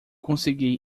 consegui